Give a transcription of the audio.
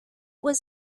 was